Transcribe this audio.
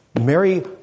Mary